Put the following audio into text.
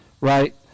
right